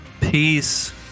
Peace